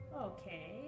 Okay